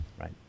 right